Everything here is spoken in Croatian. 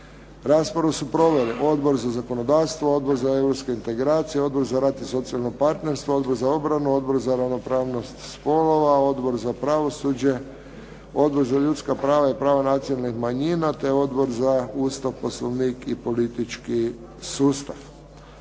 Raspravu su proveli Odbor za zakonodavstvo, Odbor za europske integracije, Odbor za rad i socijalno partnerstvo, Odbor za obranu, Odbor za ravnopravnost spolova, Odbor za pravosuđe, Odbor za ljudska prava i prava nacionalnih manjina te odbor za Ustav, Poslovnik i politički sustav.